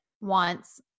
wants